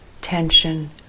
tension